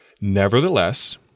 nevertheless